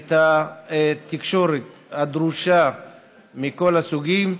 את התקשורת הדרושה מכל הסוגים.